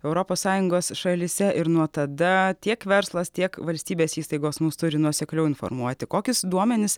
europos sąjungos šalyse ir nuo tada tiek verslas tiek valstybės įstaigos mus turi nuosekliau informuoti kokius duomenis